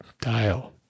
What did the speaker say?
dial